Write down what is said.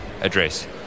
address